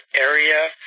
area